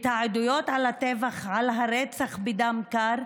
את העדויות על הטבח, על הרצח בדם קר,